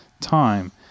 time